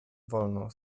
wolno